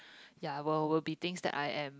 ya will will be things that I am